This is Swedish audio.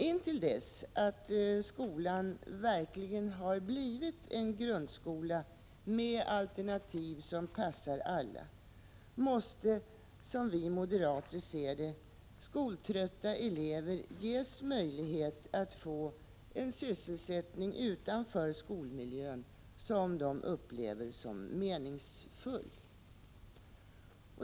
Intill dess att skolan verkligen har blivit en grundskola med alternativ som passar alla måste, som vi moderater ser det, skoltrötta elever ges möjlighet att utanför skolmiljön få en sysselsättning som de upplever som meningsfull.